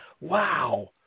wow